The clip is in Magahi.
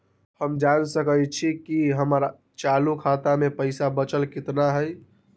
हम जान सकई छी कि हमर चालू खाता में पइसा बचल कितना हई